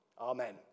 Amen